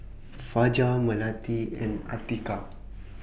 Fajar Melati and Atiqah